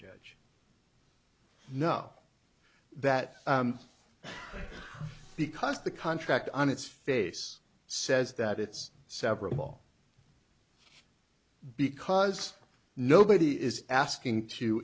judge no that because the contract on its face says that it's several because nobody is asking